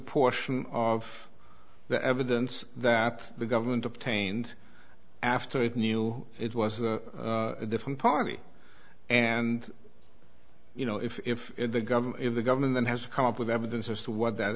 portion of the evidence that the government obtained after it knew it was a different party and you know if the government if the government has come up with evidence as to what that